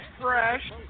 fresh